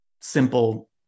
simple